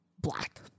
black